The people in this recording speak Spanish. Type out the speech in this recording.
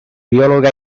bióloga